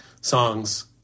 songs